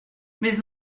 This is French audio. mais